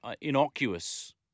innocuous